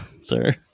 sir